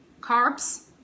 carbs